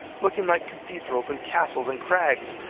looking like cathedrals, and castles, and crags,